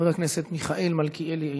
חבר הכנסת מיכאל מלכיאלי,